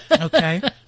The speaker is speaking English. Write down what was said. Okay